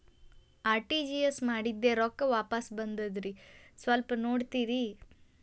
RTGS ಮಾಡಿದ್ದೆ ರೊಕ್ಕ ವಾಪಸ್ ಬಂದದ್ರಿ ಸ್ವಲ್ಪ ನೋಡ್ತೇರ?